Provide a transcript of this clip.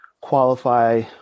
qualify